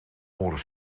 horen